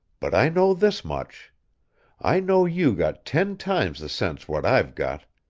but i know this much i know you got ten times the sense what i've got.